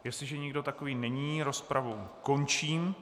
Jestliže nikdo takový není, rozpravu končím.